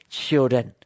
children